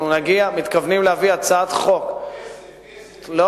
אנחנו מתכוונים להביא הצעת חוק, כסף.